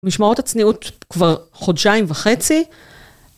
משמרות הצניעות כבר חודשיים וחצי.